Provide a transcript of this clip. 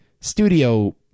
studio